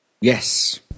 yes